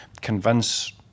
convince